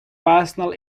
personal